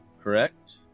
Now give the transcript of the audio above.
correct